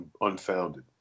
unfounded